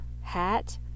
hat